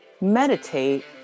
meditate